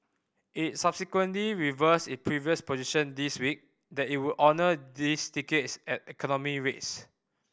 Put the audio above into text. it subsequently reversed its previous position this week that it would honour these tickets at economy rates